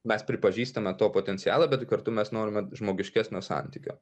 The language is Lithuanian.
mes pripažįstame to potencialą bet kartu mes norime žmogiškesnio santykio